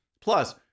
Plus